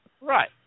Right